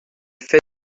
fait